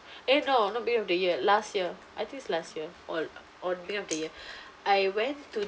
eh no not beginning of the year last year I think it's last year or or beginning of the year I went to